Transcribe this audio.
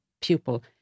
pupil